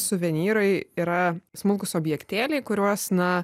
suvenyrai yra smulkūs objektėliai kuriuos na